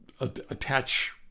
attach